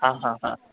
हाहा हा